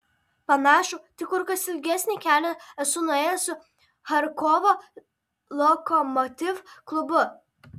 panašų tik kur kas ilgesnį kelią esu nuėjęs su charkovo lokomotiv klubu